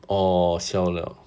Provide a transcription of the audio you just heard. oh siao liao